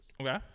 Okay